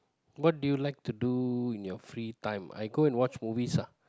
what do you like to do in your free time I go and watch movies ah